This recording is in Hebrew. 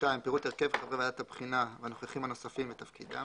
פירוט הרכב חברי ועדת הבחינה והנוכחים הנוספים ותפקידם,